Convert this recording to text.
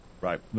right